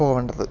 പോവേണ്ടത്